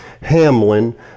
Hamlin